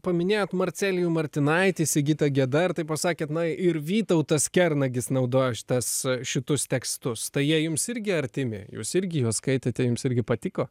paminėjot marcelijų martinaitį sigitą gedą ir taip pasakėte na ir vytautas kernagis naudojo šitas šitus tekstus tai jie jums irgi artimi jūs irgi juos skaitėte jums irgi patiko